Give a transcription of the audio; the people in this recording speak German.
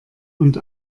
und